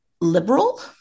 liberal